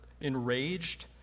enraged